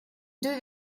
deux